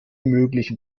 möglichen